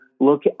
look